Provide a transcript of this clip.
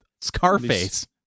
Scarface